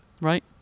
Right